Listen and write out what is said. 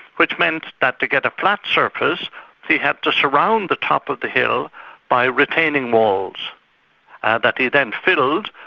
which meant that to get a flat surface he had to surround the top of the hill by retaining walls that he then filled,